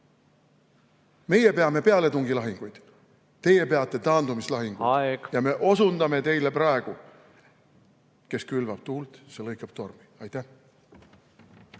meie peame pealetungilahinguid, teie peate taandumislahinguid. Aeg! Ja me osundame teile praegu: kes külvab tuult, see lõikab tormi. Aitäh!